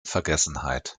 vergessenheit